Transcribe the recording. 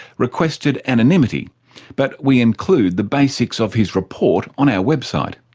requested anonymity but we include the basics of his report on our website.